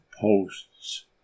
posts